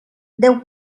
deu